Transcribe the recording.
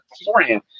beforehand